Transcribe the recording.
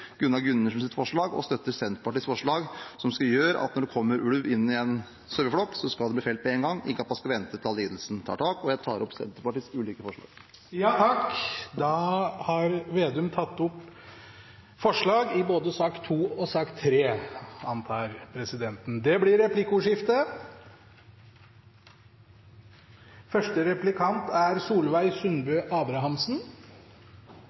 Gunnar Gundersens forslag og støtter Senterpartiets forslag som skal gjøre at når det kommer ulv inn i en saueflokk, så skal den bli felt med en gang, ikke at man skal vente til all lidelsen tar tak. Jeg tar opp Senterpartiets ulike forslag. Representanten Trygve Slagsvold Vedum har tatt opp de forslagene han refererte til, i både sak 2 og sak 3. Det blir replikkordskifte.